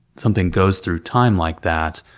something goes through time like that,